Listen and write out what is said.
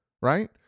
right